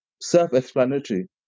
self-explanatory